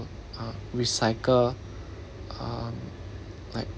uh recycle um like